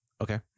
okay